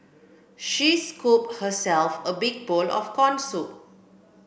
she scooped herself a big bowl of corn soup